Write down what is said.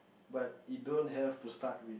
but you don't have to start